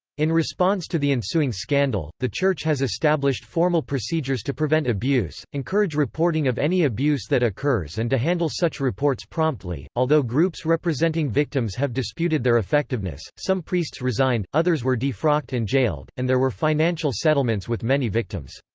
in response to the ensuing scandal, the church has established formal procedures to prevent abuse, encourage reporting of any abuse that occurs and to handle such reports promptly, although groups representing victims have disputed their effectiveness some priests resigned, others were defrocked and jailed, and there were financial settlements with many victims.